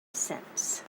cents